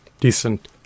decent